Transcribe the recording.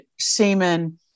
semen